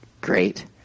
great